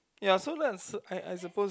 ya so that's I I suppose